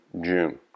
June